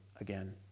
again